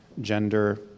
gender